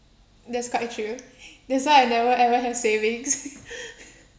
that's quite true that's why I never ever have savings